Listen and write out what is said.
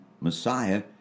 Messiah